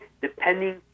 depending